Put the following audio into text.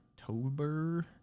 October